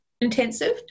intensive